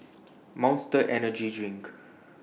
Monster Energy Drink